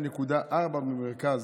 לעומת 2.4 במרכז.